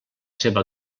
seva